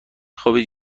خوابید